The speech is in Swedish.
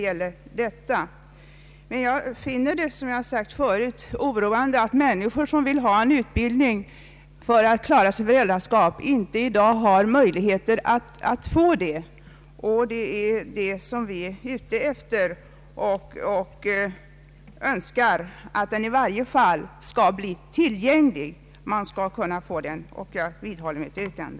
Emellertid finner jag det, som jag har sagt förut, oroande att människor som vill ha utbildning för att klara sitt föräldraskap inte har möjlighet att få en sådan. Vi önskar att den i varje fall skall bli tillgänglig. Man skall kunna få den, om man så önskar. Jag vidhåller mitt yrkande.